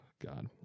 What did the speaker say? God